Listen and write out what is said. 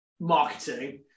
marketing